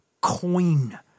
coin